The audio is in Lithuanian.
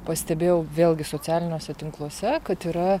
pastebėjau vėlgi socialiniuose tinkluose kad yra